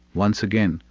once again,